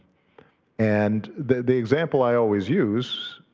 and the the example i always use